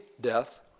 death